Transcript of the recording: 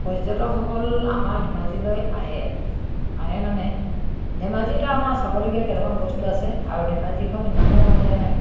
পৰ্যটকসকল আমাৰ ধেমাজিলৈ আহে আহে মানে ধেমাজিত আৰু আমাৰ চাবলগীয়া কেইটামান বস্তু আছে আৰু ধেমাজিখন ইমানো মানে